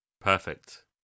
Perfect